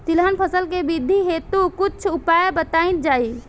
तिलहन फसल के वृद्धी हेतु कुछ उपाय बताई जाई?